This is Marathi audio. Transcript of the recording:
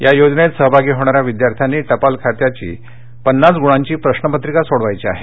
या योजनेत सहभागी होणाऱ्या विद्यार्थ्यांनी टपाल खात्याचा पन्नास गुणांची प्रश्रपत्रिका सोडवायची आहे